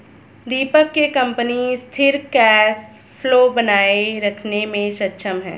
दीपक के कंपनी सिथिर cash flow बनाए रखने मे सक्षम है